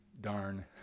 darn